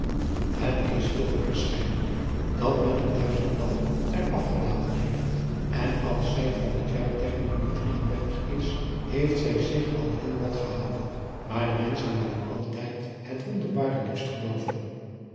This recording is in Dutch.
het is veel waarschijnlijker dat men het duizendtal er af gelaten heeft en als zij van het jaar is heeft zij sich al heel wel gehouden maar de menschen willen altijd het wonderbare liefst gelooven